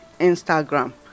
Instagram